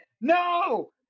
No